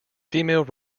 female